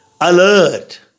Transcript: alert